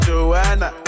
Joanna